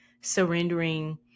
Surrendering